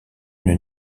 une